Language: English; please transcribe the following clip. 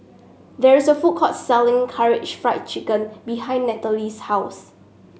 there is a food court selling Karaage Fried Chicken behind Nathaly's house